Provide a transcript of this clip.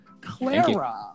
Clara